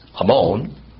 Hamon